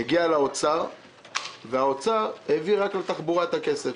הגיעו לאוצר והאוצר העביר את רק לתחבורה את הכסף,